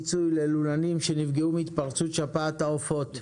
הפיצוי ללולנים שנפגעו מהתפרצות שפעת העופות.